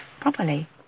properly